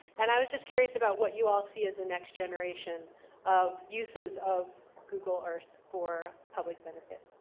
and i was just curious about what you all see as the next generation of uses of google earth for public benefit.